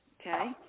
okay